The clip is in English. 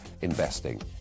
investing